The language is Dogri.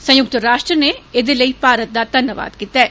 संयुक्त राष्ट्र ने ऐदे लेई भारत दा घन्नबाद कीता ऐ